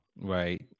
right